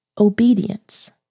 Obedience